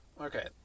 Okay